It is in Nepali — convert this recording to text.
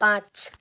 पाँच